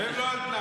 לעצמאות.